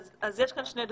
אז יש כאן שני דברים.